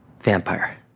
Vampire